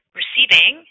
receiving